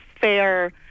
fair